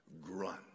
grunt